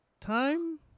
time